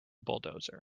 bulldozer